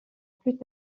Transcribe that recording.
plus